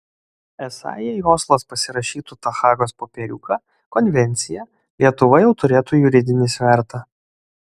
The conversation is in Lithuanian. esą jei oslas pasirašytų tą hagos popieriuką konvenciją lietuva jau turėtų juridinį svertą